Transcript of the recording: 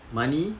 money